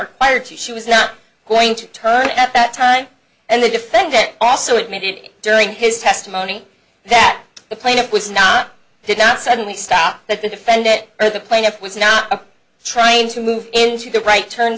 required to she was not going to turn up at that time and the defendant also it may be during his testimony that the plaintiff was not did not suddenly stop that defend it or the plaintiff was not trying to move into the right turn